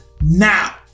now